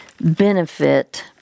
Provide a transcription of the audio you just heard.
benefit